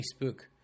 Facebook